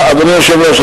אדוני היושב-ראש,